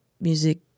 music